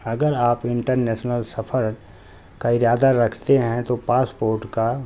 اگر آپ انٹرنیسنل سفر کا ارادہ رکھتے ہیں تو پاسپورٹ کا